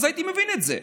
אז הייתי מבין את זה,